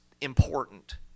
important